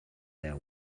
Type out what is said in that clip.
their